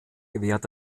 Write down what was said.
gewährt